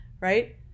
right